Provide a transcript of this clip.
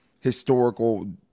historical